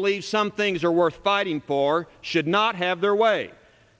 believe some things are worth fighting for should not have their way